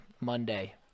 Monday